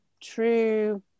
true